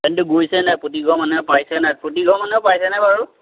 পানীটো গৈছে নাই প্ৰতিঘৰ মানুহে পাইছে নাই প্ৰতিঘৰ মানুহেও পাইছেনে বাৰু